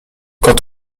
quand